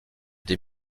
des